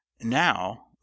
Now—